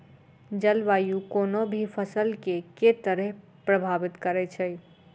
जलवायु कोनो भी फसल केँ के तरहे प्रभावित करै छै?